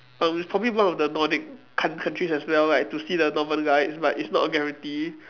um it's probably one of the Nordic coun~ countries as well like to see the Northern lights but it's not a guarantee